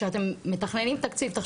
אז אני עוברת רגע כן למשרד הביטחון,